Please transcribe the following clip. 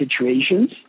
situations